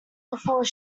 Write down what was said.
before